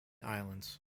islands